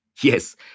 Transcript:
Yes